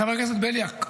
חבר הכנסת בליאק,